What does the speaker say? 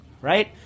right